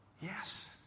Yes